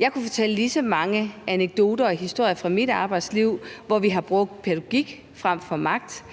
Jeg kunne fortælle lige så mange anekdoter og historier fra mit arbejdsliv, hvor vi har brugt pædagogik frem for magt,